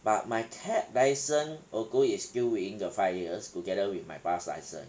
but my cab license although it's within the five years together with my bus license